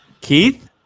Keith